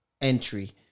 entry